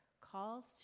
calls